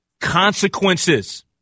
Consequences